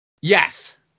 yes